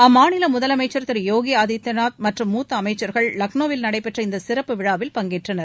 அம்மாநில முதலமைச்சர் திரு யோகி ஆதித்தியநாத் மற்றும் மூத்த அமைச்சர்கள் லக்ளோவில் நடைபெற்ற இந்த சிறப்பு விழாவில் பங்கேற்றனர்